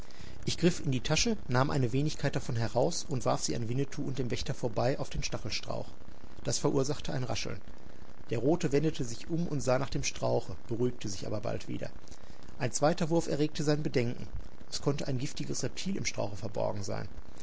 ich griff in die tasche nahm eine wenigkeit davon heraus und warf sie an winnetou und dem wächter vorbei auf den stachelstrauch das verursachte ein rascheln der rote wendete sich um und sah nach dem strauche beruhigte sich aber bald wieder ein zweiter wurf erregte sein bedenken es konnte ein giftiges reptil im strauche verborgen sein